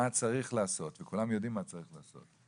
מה צריך לעשות וכולם יודעים מה צריך לעשות,